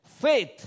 Faith